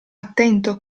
attento